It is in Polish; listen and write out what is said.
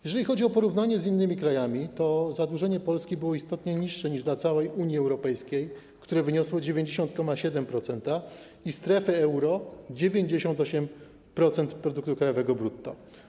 Jeżeli chodzi o porównanie z innymi krajami, to zadłużenie Polski było istotnie niższe niż zadłużenie w przypadku całej Unii Europejskiej, które wyniosło 90,7%, i strefy euro - 98% produktu krajowego brutto.